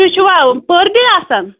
تُہۍ چھِوا پٔر ڈیے آسان